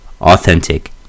Authentic